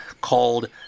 called